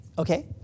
Okay